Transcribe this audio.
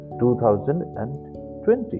2020